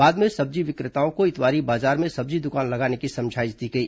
बाद में सब्जी विक्रेताओं को इतवारी बाजार में सब्जी दुकान लगाने की समझाईश दी गई